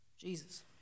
Jesus